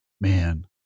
Man